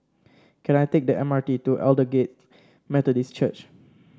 can I take the M R T to Aldersgate Methodist Church